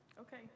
Okay